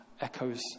echoes